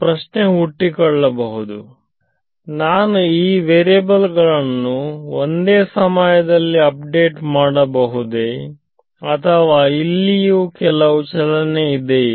ಪ್ರಶ್ನೆ ಹುಟ್ಟಿಕೊಳ್ಳಬಹುದು ನಾನು ಈ ವೇರಿಯಬಲ್ ಗಳನ್ನು ಒಂದೇ ಸಮಯದಲ್ಲಿ ಅಪ್ಡೇಟ್ ಮಾಡಬಹುದೇ ಅಥವಾ ಇಲ್ಲಿಯೂ ಕೆಲವು ಚಲನೆ ಇದೆಯೇ